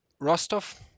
Rostov